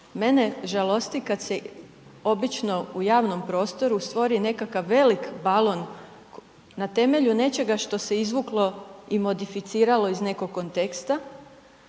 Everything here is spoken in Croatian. Mene žalosti kad se obično u javnom prostoru stvori nekakav velik balon na temelju nečega što se izvuklo i modificiralo iz nekog konteksta